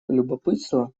любопытство